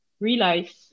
realize